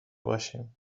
باشیم